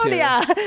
yeah,